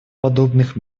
подобных